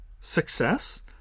success